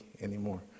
anymore